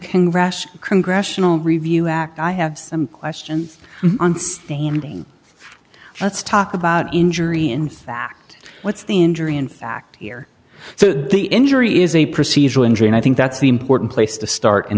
rash congressional review act i have some questions on standing let's talk about injury in fact what's the injury in fact here so the injury is a procedural injury and i think that's the important place to start in